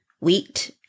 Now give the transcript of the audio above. wheat